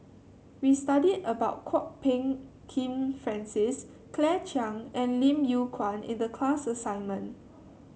we studied about Kwok Peng Kin Francis Claire Chiang and Lim Yew Kuan in the class assignment